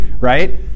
right